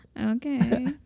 Okay